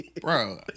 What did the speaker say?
Bro